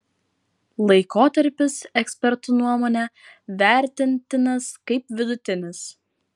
laikotarpis ekspertų nuomone vertintinas kaip vidutinis